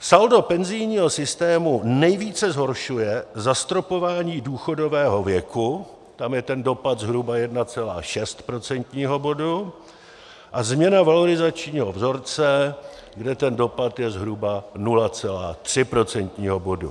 Saldo penzijního systému nejvíce zhoršuje zastropování důchodového věku, tam je ten dopad zhruba 1,6 procentního bodu, a změna valorizačního vzorce, kde ten dopad je zhruba 0,3 procentního bodu.